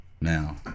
now